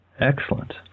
Excellent